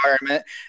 environment